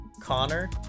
Connor